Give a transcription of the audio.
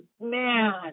man